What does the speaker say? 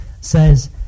says